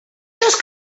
just